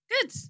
good